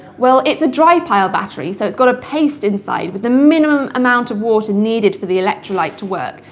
well, it's a dry pile battery, so it's got a paste inside with the minimum amount of water needed for the electrolyte to work.